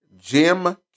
Jim